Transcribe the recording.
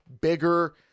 bigger